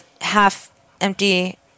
half-empty